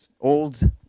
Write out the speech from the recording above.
old